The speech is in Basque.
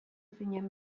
zinen